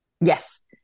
Yes